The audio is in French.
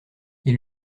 ils